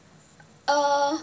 uh